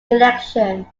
election